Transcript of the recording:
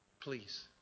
Please